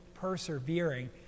persevering